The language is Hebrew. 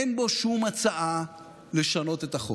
אין בו שום הצעה לשנות את החוק.